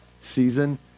season